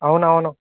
అవునవును